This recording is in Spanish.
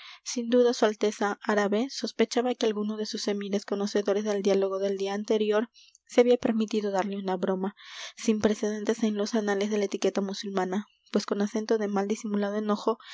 sin duda su alteza árabe sospechaba que alguno de sus emires conocedores del diálogo del día anterior se había permitido darle una broma sin precedentes en los anales de la etiqueta musulmana pues con acento de mal disimulado enojo